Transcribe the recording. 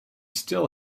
still